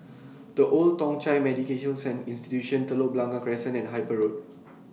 The Old Thong Chai Medical Institution Telok Blangah Crescent and Harper Road